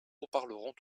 reparlerons